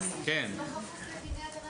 בכפוף לדיני הגנת